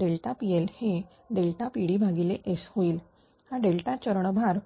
PL हे PdS होईल हा डेल्टा चरण भार